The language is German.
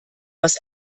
was